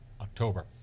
October